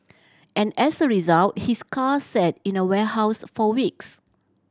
and as a result his car sat in a warehouse for weeks